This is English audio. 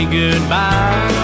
goodbye